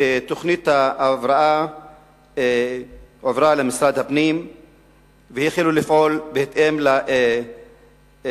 תוכנית ההבראה הועברה למשרד הפנים והתחילו לפעול בהתאם לתוכנית.